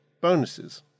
bonuses